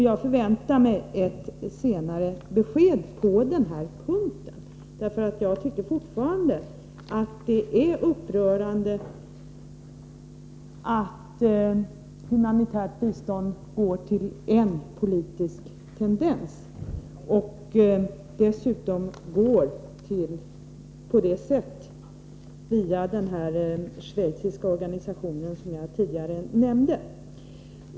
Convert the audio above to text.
Jag förväntar mig senare ett besked på den här punkten, för jag tycker fortfarande att det är upprörande att humanitärt bistånd går till en politisk tendens, och dessutom att det går till på det sättet, via den schweiziska organisation som jag tidigare nämnde.